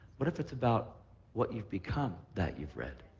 what if it's about what you've become that you've read?